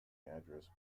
address